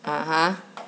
(uh huh)